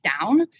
down